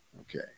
Okay